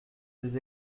des